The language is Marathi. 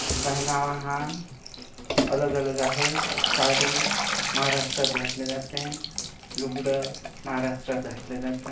पेहनावा हा अलग अलग आहे साडी महाराष्ट्रात घातलं जाते लुगडं महाराष्ट्रात घातलं जातं